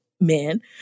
men